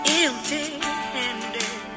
empty-handed